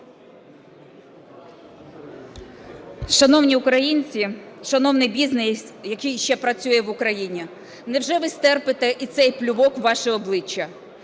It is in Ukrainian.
Шановні українці! Шановний бізнес, який ще працює в Україні! Невже ви стерпите і цей плювок в ваше обличчя?